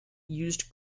used